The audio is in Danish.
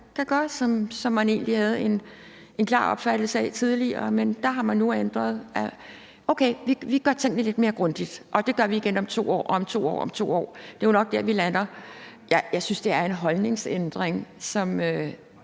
som man egentlig havde en klar opfattelse af tidligere. Men der har man nu ændret sig og siger: Okay, vi gør tingene lidt mere grundigt, og det gør vi igen om 2 år og om 2 år. Det er jo nok der, vi lander. Jeg synes, det er en holdningsændring, som